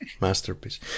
masterpiece